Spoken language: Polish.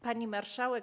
Pani Marszałek!